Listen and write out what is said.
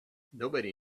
nobody